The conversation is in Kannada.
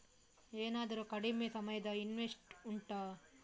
ಏನಾದರೂ ಕಡಿಮೆ ಸಮಯದ ಇನ್ವೆಸ್ಟ್ ಉಂಟಾ